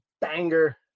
banger